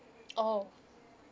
oh